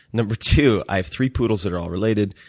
number two, i have three poodles that are all related.